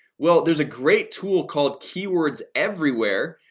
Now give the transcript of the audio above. well, there's a great tool called keywords everywhere.